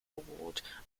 award